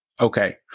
Okay